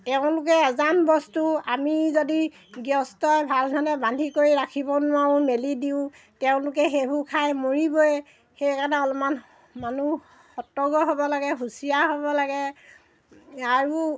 তেওঁলোকে অজান বস্তু আমি যদি গৃহস্থই ভালধৰণে বান্ধি কৰি ৰাখিব নোৱাৰোঁ মেলি দিওঁ তেওঁলোকে সেইবোৰ খাই মৰিবই সেইকাৰণে অলপমান মানুহ সতৰ্ক হ'ব লাগে হুঁচিয়াৰ হ'ব লাগে আৰু